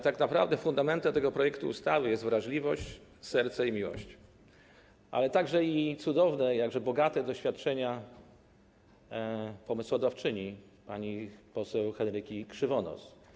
Tak naprawdę fundamentem tego projektu ustawy jest wrażliwość, serce i miłość, ale także cudowne, jakże bogate doświadczenia jego pomysłodawczyni pani poseł Henryki Krzywonos.